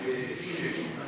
מההסתייגויות לסעיף 5 ו-6, כי